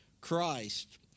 Christ